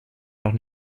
noch